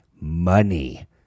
money